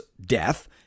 death